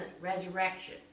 resurrection